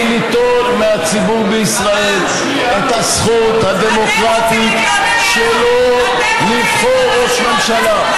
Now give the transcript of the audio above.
כדי ליטול מהציבור בישראל את הזכות הדמוקרטית שלו לבחור ראש ממשלה.